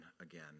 again